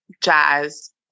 jazz